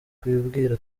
kubwira